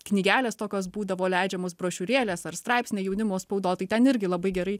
knygelės tokios būdavo leidžiamos brošiūrėlės ar straipsniai jaunimo spaudoj tai ten irgi labai gerai